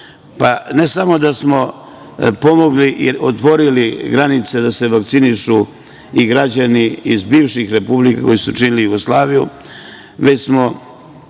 samo da smo pomogli i otvorili granice da se vakcinišu i građani iz bivših republika koje su činile Jugoslaviju, već smo